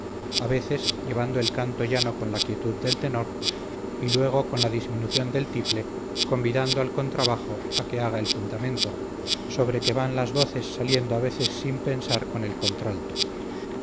a veces llevando el canto llano con la quietud del tenor y luego con la disminución del tiple convidando al contrabajo a que haga el fundamento sobre que van las voces saliendo a veces sin pensar con el contralto